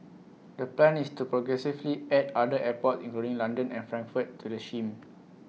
the plan is to progressively add other airports including London and Frankfurt to the shame